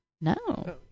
no